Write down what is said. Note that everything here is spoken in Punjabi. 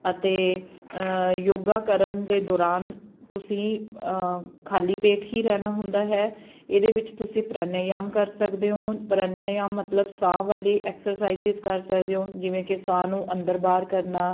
ਅਤੇ ਯੋਗਾ ਕਰਨ ਦੇ ਦੌਰਾਨ ਤੁਸੀਂ ਖਾਲੀ ਪੇਟ ਹੀ ਰਹਿਣਾ ਹੁੰਦਾ ਹੈ ਇਹਦੇ ਵਿੱਚ ਤੁਸੀਂ ਪ੍ਰਣਯਾਮ ਕਰ ਸਕਦੇ ਹੋ ਪ੍ਰਣਯਾਮ ਮਤਲਬ ਸਾਹ ਵਾਲੀ ਐਕਸਰਸਾਈਜ਼ਿਜ਼ ਕਰ ਸਕਦੇ ਹੋ ਜਿਵੇਂ ਕਿ ਸਾਹ ਨੂੰ ਅੰਦਰ ਬਾਹਰ ਕਰਨਾ